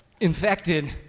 infected